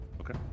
okay